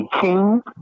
king